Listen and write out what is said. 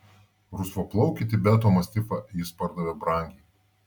rusvaplaukį tibeto mastifą jis pardavė brangiai